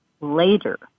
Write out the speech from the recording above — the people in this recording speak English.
later